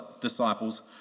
disciples